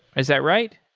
is that right?